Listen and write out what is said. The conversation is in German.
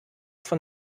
von